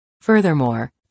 Furthermore